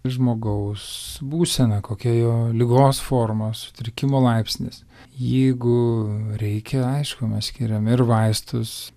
žmogaus būsena kokia jo ligos forma sutrikimo laipsnis jeigu reikia aišku mes skiriame ir vaistus